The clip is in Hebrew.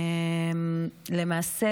למעשה,